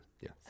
yes